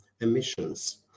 emissions